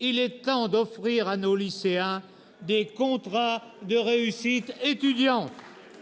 Il est temps d'offrir à nos lycéens des " contrats de réussite étudiante